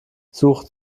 suche